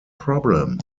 problem